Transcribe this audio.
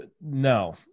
No